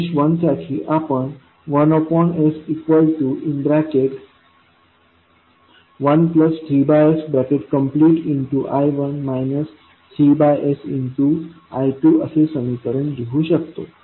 mesh 1 साठी आपण 1s13sI1 3sI2 असे समीकरण म्हणून लिहू शकतो